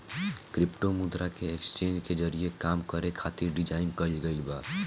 crypto मुद्रा के exchange के जरिए काम करे खातिर डिजाइन कईल गईल बा